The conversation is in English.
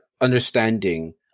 understanding